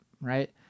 right